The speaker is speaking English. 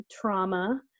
trauma